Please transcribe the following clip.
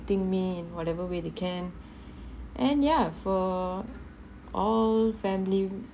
~ting me in whatever way they can and yeah for all family